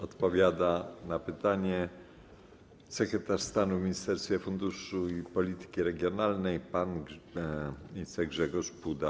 Odpowiada na pytanie sekretarz stanu w Ministerstwie Funduszy i Polityki Regionalnej pan Grzegorz Puda.